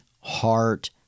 heart